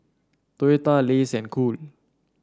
Toyota Lays and Cool